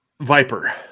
viper